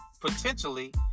potentially